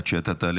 רק עד שאתה תעלה,